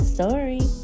Story